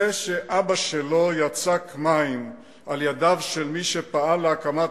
זה שאבא שלו יצק מים על ידיו של מי שפעל להקמת